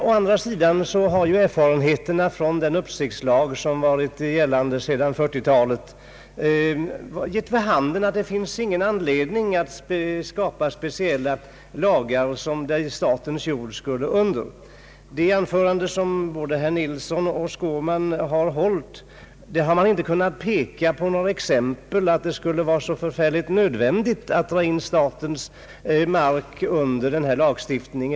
Å andra sidan har erfarenheterna av den uppsiktslag som varit gällande sedan 1940-talet givit vid handen att det inte finns anledning att skapa speciella lagar för statens jord. Varken herr Nils Nilsson eller herr Skårman har kunnat påvisa att det skulle vara nödvändigt att dra in statens mark under denna lagstiftning.